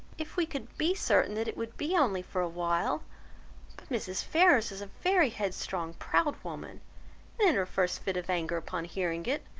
if we could be certain that it would be only for a while! but mrs. ferrars is a very headstrong proud woman, and in her first fit of anger upon hearing it,